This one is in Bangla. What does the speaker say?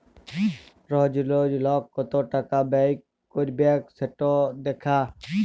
রজ রজ লক কত টাকা ব্যয় ক্যইরবেক সেট দ্যাখা